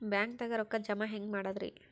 ಬ್ಯಾಂಕ್ದಾಗ ರೊಕ್ಕ ಜಮ ಹೆಂಗ್ ಮಾಡದ್ರಿ?